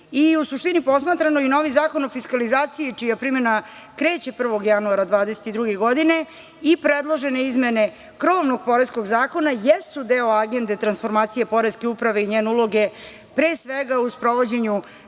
U suštini posmatrano, novi Zakon o fiskalizaciji čija primena kreće 1. januara 2022. godine i predložene izmene krovnog Poreskog zakona jesu deo agende transformacije poreske uprave i njene uloge, pre svega u sprovođenju